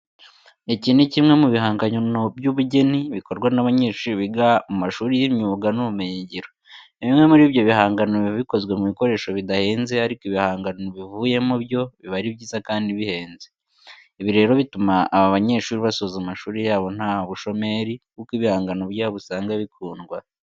Iki ni kimwe mu bihangano by'ubugeni bikorwa n'abanyeshuri biga mu mashuri y'imyuga n'ibumenyingiro. Bimwe muri ibyo bihangano biba bikozwe mu bikoresho bidahenze ariko ibihangano bivuyemo byo biba ari byiza kandi bihenze. Ibi rero bituma aba banyeshuri basoza amashuri yabo nta bushomeri kuko ibihangano byabo usanga bikundwa.